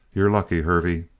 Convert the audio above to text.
you're lucky, hervey.